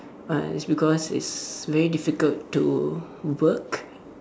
uh it's because it's very difficult to work